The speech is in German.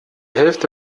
hälfte